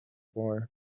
boy